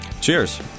Cheers